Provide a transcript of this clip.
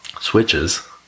switches